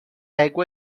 égua